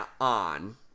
on